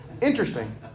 Interesting